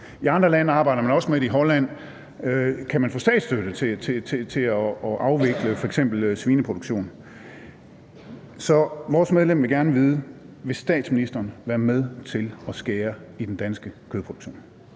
I andre lande arbejder man også med det, og i Holland kan man få statsstøtte til at afvikle f.eks. svineproduktion. Så vores medlem vil gerne vide, om statsministeren vil være med til at skære i den danske kødproduktion.